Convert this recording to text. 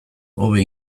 hobe